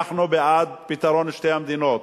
אנחנו בעד פתרון שתי המדינות,